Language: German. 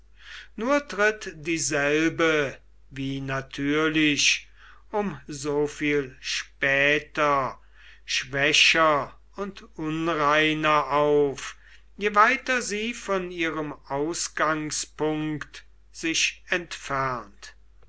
nur tritt dieselbe wie natürlich um so viel später schwächer und unreiner auf je weiter sie von ihrem ausgangspunkt sich entfernt